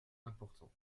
important